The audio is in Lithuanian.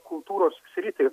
kultūros sritį